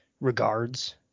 regards